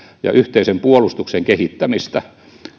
ja yhteisen puolustuksen kehittämistä